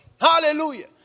Hallelujah